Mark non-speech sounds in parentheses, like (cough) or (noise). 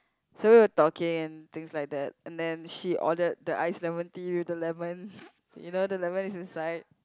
so we're talking and things like that and then she ordered the iced lemon tea with the lemon (noise) you know the lemon is inside